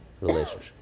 relationship